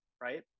right